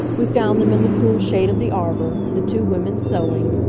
we found them in the cool shade of the arbor, the two women sewing,